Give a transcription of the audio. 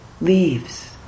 leaves